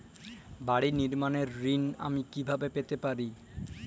বাড়ি নির্মাণের ঋণ আমি কিভাবে পেতে পারি?